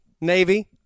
Navy